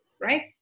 right